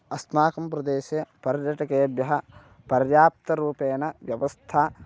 अस्माकं प्रदेशे पर्यटकेभ्यः पर्याप्तरूपेण व्यवस्था